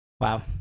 Wow